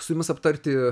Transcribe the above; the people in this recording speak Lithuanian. su jumis aptarti